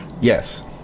Yes